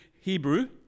Hebrew